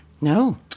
No